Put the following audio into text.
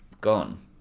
Gone